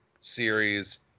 series